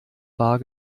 bar